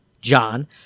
John